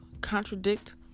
contradict